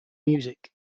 music